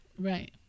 Right